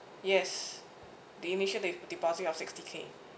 yes the initial de~ deposit of sixty K